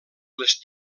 les